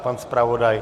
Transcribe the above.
Pan zpravodaj?